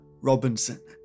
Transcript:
Robinson